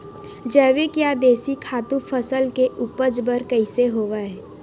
जैविक या देशी खातु फसल के उपज बर कइसे होहय?